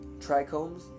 trichomes